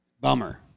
Bummer